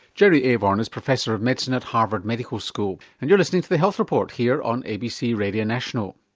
jerry avorn is professor of medicine at harvard medical school. and you're listening to the health report here on abc radio national.